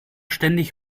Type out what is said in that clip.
ständig